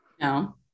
No